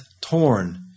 torn